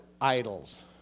idols